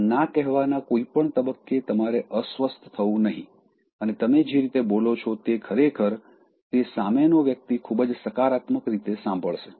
આમ ના કહેવાના કોઈ પણ તબક્કે તમારે અસ્વસ્થ થવું નહીં અને તમે જે રીતે બોલો છો તે ખરેખર તે સામેનો વ્યક્તિ ખૂબ જ સકારાત્મક રીતે સાંભળશે